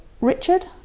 Richard